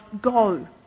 go